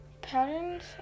patterns